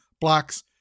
Blocks